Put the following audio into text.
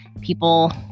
people